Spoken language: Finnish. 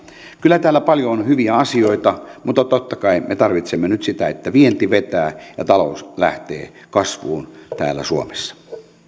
kyllä täällä paljon on hyviä asioita mutta totta kai me tarvitsemme nyt sitä että vienti vetää ja talous lähtee kasvuun täällä suomessa